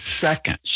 seconds